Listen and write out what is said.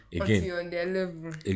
again